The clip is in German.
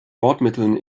bordmitteln